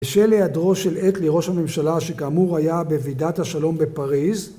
בשל היעדרו של אטלי, ראש הממשלה, שכאמור היה בוועידת השלום בפריז